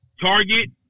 Target